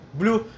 blue